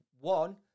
one